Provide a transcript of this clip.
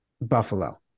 Buffalo